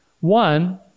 One